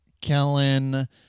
Kellen